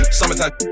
summertime